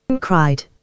cried